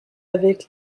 avec